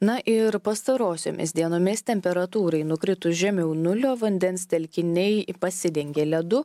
na ir pastarosiomis dienomis temperatūrai nukritus žemiau nulio vandens telkiniai pasidengė ledu